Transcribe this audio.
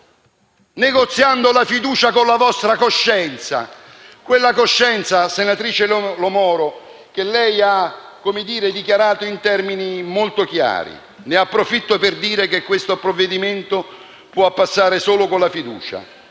negoziandola con la vostra coscienza? Quella coscienza, senatrice Lo Moro, che lei ha dichiarato in termini molto chiari. Ne approfitto per dire che questo provvedimento può passare solo con la fiducia,